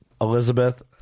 Elizabeth